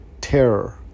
terror